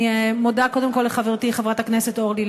אני מודה קודם כול לחברתי חברת הכנסת אורלי לוי,